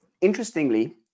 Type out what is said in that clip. interestingly